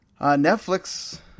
Netflix